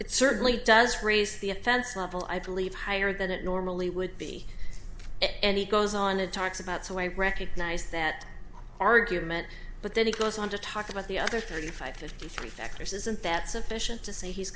it certainly does raise the offense level i believe higher than it normally would be and he goes on and talks about so i recognize that argument but then he goes on to talk about the other thirty five fifty three factors isn't that sufficient to say he's